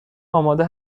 آماده